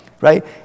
right